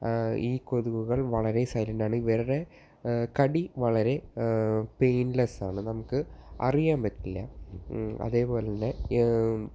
ഈ കൊതുകുകൾ വളരെ സൈലൻറ്റാണ് ഇവരുടെ കടി വളരെ പെയിൻലെസ് ആണ് നമുക്ക് അറിയാൻ പറ്റില്ല അതേപോലെ തന്നെ